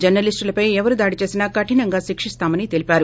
జర్నలీష్టులపై ఎవరు దాడి చేసినా కఠినంగా శిక్షిస్తామని తెలిపారు